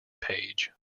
page